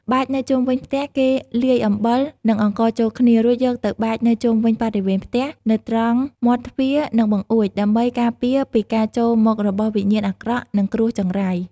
បាចនៅជុំវិញផ្ទះគេលាយអំបិល និងអង្ករចូលគ្នា រួចយកទៅបាចនៅជុំវិញបរិវេណផ្ទះ ឬនៅត្រង់មាត់ទ្វារ និងបង្អួច ដើម្បី ការពារពីការចូលមករបស់វិញ្ញាណអាក្រក់ និងគ្រោះចង្រៃ។